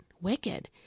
wicked